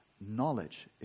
knowledge